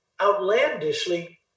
outlandishly